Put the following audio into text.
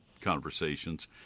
conversations